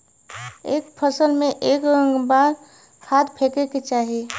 एक फसल में क बार खाद फेके के चाही?